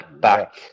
back